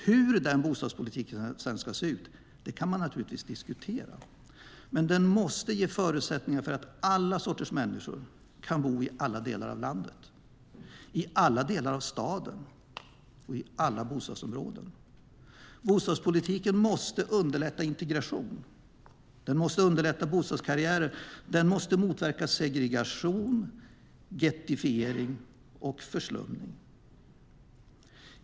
Hur den bostadspolitiken sedan ska se ut kan man naturligtvis diskutera. Men den måste ge förutsättningar för alla sorters människor att kunna bo i alla delar av landet, i alla delar av staden och i alla bostadsområden. Bostadspolitiken måste underlätta integration och bostadskarriärer, och den måste motverka segregation, gettofiering och förslumning.